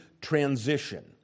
transition